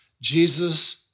Jesus